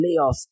layoffs